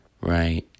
right